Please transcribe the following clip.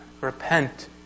Repent